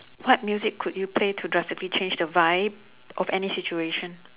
what music could you play to drastically change the vibe of any situation